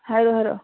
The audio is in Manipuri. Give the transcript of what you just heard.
ꯍꯥꯏꯔꯛꯑꯣ ꯍꯥꯏꯔꯛꯑꯣ